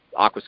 Aquascape